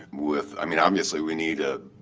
with i mean obviously we need a